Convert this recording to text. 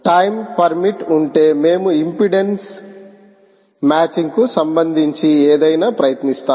time permit ఉంటే మేము impedance మ్యాచింగ్కు సంబంధించి ఏదైనా ప్రయత్నిస్తాము